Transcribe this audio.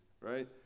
Right